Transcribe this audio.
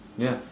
ya